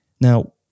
Now